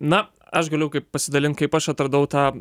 na aš galiu pasidalint kaip aš atradau tą